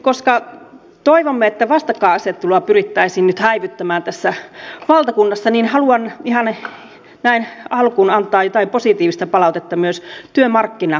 koska toivomme että vastakkainasettelua pyrittäisiin nyt häivyttämään tässä valtakunnassa niin haluan ihan näin alkuun antaa jotain positiivista palautetta myös työmarkkinaosapuolille